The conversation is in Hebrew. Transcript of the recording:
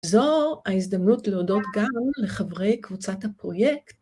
זו ההזדמנות להודות גם לחברי קבוצת הפרויקט.